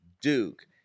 Duke